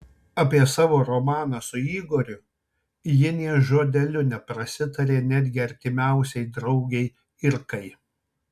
apie savo romaną su igoriu ji nė žodeliu neprasitarė netgi artimiausiai draugei irkai